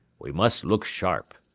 we must look sharp,